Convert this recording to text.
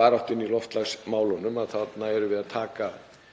baráttunni í loftslagsmálum. Þarna erum við að taka